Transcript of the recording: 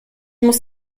muss